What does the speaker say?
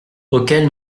auquel